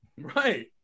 Right